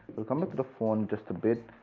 will come back to the phone just a bit.